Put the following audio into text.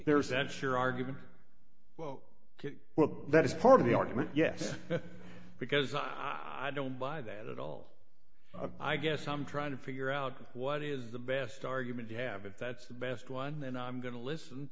there's that's your argument well well that is part of the argument yes because i don't buy that at all i guess i'm trying to figure out what is the best argument you have if that's the best one and i'm going to listen